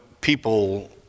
people